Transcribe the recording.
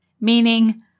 Meaning